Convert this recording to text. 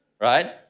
right